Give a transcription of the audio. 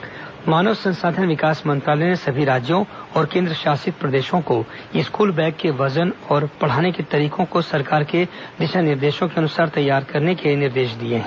मानव संसाधन school bag मानव संसाधन विकास मंत्रालय ने सभी राज्यों और केन्द्र शासित प्रदेशों को स्कूल बैग के वजन और पढ़ाने के तरीकों को सरकार के दिशा निर्देशों के अनुसार तैयार करने के निर्देश दिये हैं